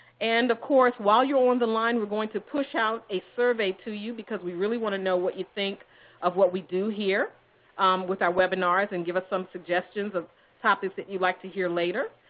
and of course, while you're on the line, we're going to push out a survey to you, because we really want to know what you think of what we do here with our webinars and give us some suggestions of topics that you'd like to hear later.